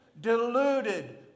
deluded